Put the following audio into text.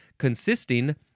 consisting